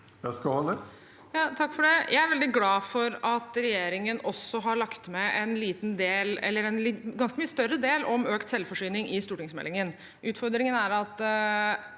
Jeg er veldig glad for at regjeringen også har lagt til en ganske mye større del om økt selvforsyning i stortingsmeldingen.